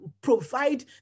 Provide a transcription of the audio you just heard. provide